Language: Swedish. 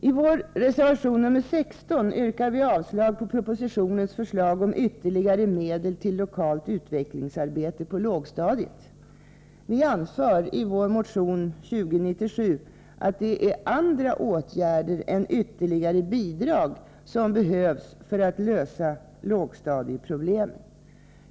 I vår reservation nr 16 yrkar vi avslag på propositionens förslag om ytterligare medel till lokalt utvecklingsarbete på lågstadiet. Vi anför i vår motion 2097 att det är andra åtgärder än ytterligare bidrag som behövs för att lösa lågstadieproblemen.